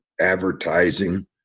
advertising